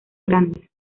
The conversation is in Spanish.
grandes